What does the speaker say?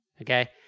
Okay